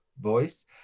voice